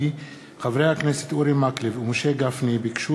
כי חברי הכנסת אורי מקלב ומשה גפני ביקשו